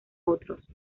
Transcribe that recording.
otros